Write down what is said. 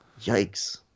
Yikes